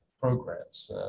programs